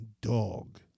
dog